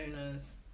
owners